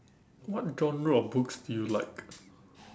what genre of books do you like